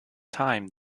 time